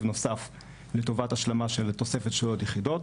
נוסף לטובת השלמה של תוספת של עוד יחידות.